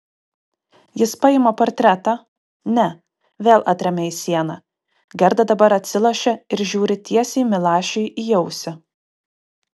jis paima portretą ne vėl atremia į sieną gerda dabar atsilošia ir žiūri tiesiai milašiui į ausį